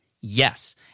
Yes